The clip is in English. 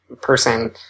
person